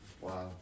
Wow